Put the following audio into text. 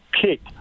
kick